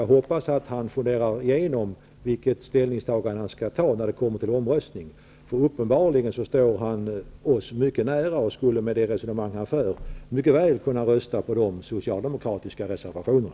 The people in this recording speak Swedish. Jag hoppas att han funderar igenom vilket ställningstagande han skall ta när det kommer till omröstning. Uppenbarligen står han oss mycket nära och skulle, med det resonemang han för, mycket väl kunna rösta på de socialdemokratiska reservationerna.